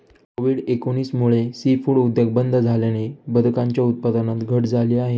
Covid एकोणीस मुळे seafood उद्योग बंद झाल्याने बदकांच्या उत्पादनात घट झाली आहे